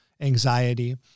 anxiety